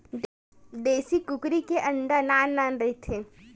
देसी कुकरी के अंडा नान नान रहिथे